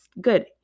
good